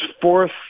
fourth